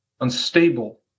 unstable